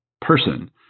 person